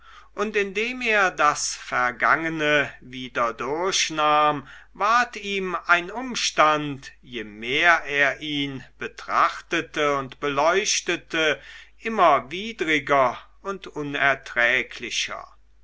und indem er das vergangene wieder durchnahm ward ihm ein umstand je mehr er ihn betrachtete und beleuchtete immer widriger und unerträglicher